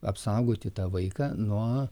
apsaugoti tą vaiką nuo